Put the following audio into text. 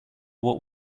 what